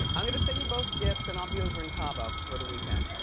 i'm gonna send you both gifts and i'll be over in cabo for the weekend.